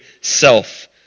self